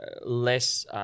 less –